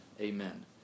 Amen